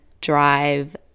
drive